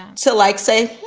so, like, say,